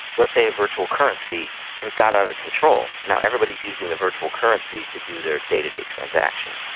let's say a virtual currency sort of got out of control. now everybody's using the virtual currency to do their day-to-day transactions.